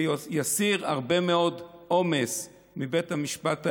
זה יסיר הרבה מאוד עומס מבית המשפט העליון,